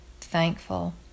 thankful